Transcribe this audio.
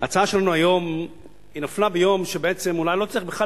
ההצעה שלנו היום נפלה ביום שבו בעצם אולי לא צריך בכלל